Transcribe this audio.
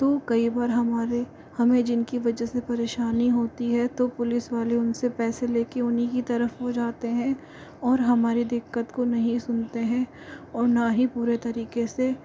तो कई बार हमारे हमें जिनकी वजह से परेशानी होती है तो पुलिस वाले उन से पैसे ले कर उन्हीं की तरफ़ हो जाते हैं और हमारी दिक्कत को नहीं सुनते हैं और ना ही पूरे तरीक़े से